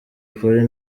polly